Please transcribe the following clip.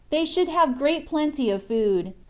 they should have great plenty of food,